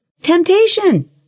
temptation